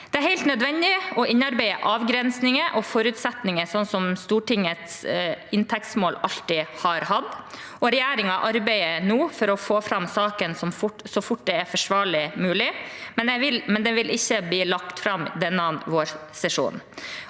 Det er helt nødvendig å innarbeide avgrensninger og forutsetninger slik Stortingets inntektsmål alltid har hatt. Regjeringen arbeider nå for å få fram saken så fort det er forsvarlig mulig, men det vil ikke bli lagt fram denne vårsesjonen.